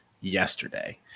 yesterday